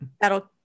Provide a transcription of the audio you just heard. That'll